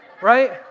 right